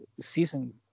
season